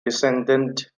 descended